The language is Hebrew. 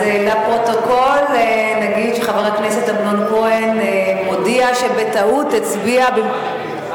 אז לפרוטוקול נגיד שחבר הכנסת אמנון כהן מודיע שבטעות הצביע במקום,